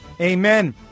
amen